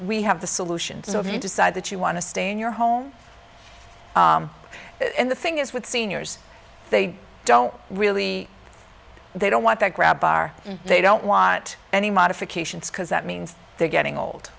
we have the solution so if you decide that you want to stay in your home and the thing is with seniors they don't really they don't want that grab bar they don't want any modifications because that means they're getting old